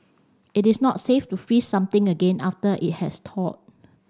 it is not safe to freeze something again after it has thawed